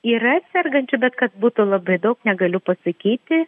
yra sergančių bet kad būtų labai daug negaliu pasakyti